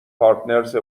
پارتنرز